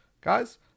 guys